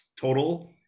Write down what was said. total